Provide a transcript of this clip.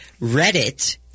Reddit